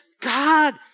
God